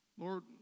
Lord